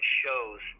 shows